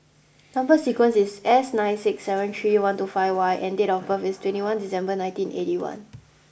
number sequence is S nine six seven three one two five Y and date of birth is twenty one December nineteen eighty one